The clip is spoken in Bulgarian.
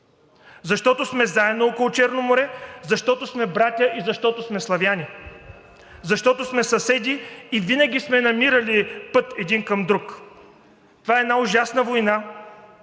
защото сме заедно около Черно море, защото сме братя и защото сме славяни, защото сме съседи и винаги сме намирали път един към друг! Това е една ужасна война